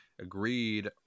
agreed